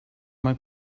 mal